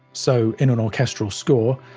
so, in an orchestral score,